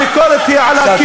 הביקורת היא על הכיבוש,